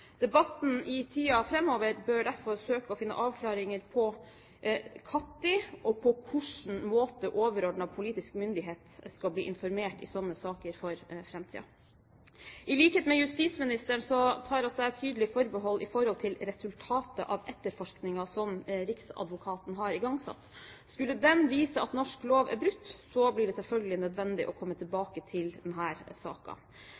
Debatten i tiden framover bør derfor søke å finne avklaringer på når og på hvilken måte overordnet politisk myndighet skal bli informert i sånne saker for framtiden. I likhet med justisministeren tar også jeg tydelig forbehold i forhold til resultatet av etterforskningen som riksadvokaten har igangsatt. Skulle den vise at norsk lov er brutt, blir det selvfølgelig nødvendig å komme